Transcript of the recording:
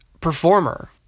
performer